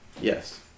Yes